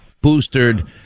boosted